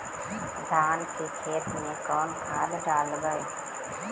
धान के खेत में कौन खाद डालबै?